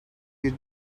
bir